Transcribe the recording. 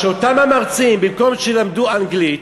אז שאותם המרצים, במקום שילמדו אנגלית,